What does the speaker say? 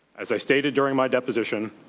as i stated during my deposition,